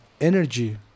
energy